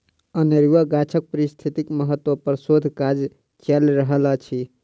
अनेरुआ गाछक पारिस्थितिकीय महत्व पर शोध काज चैल रहल अछि